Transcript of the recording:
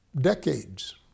decades